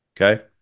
Okay